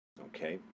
Okay